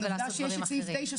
אבל עובדה שיש סעיף 9,